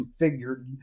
configured